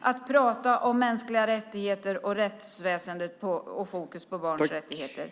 att prata om mänskliga rättigheter och rättsväsendet med fokus på barns rättigheter.